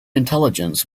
intelligence